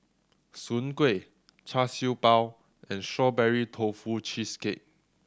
Soon Kuih Char Siew Bao and Strawberry Tofu Cheesecake